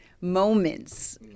moments